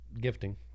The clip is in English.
Gifting